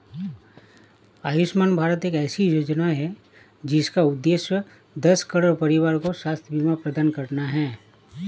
आयुष्मान भारत एक ऐसी योजना है जिसका उद्देश्य दस करोड़ परिवारों को स्वास्थ्य बीमा प्रदान करना है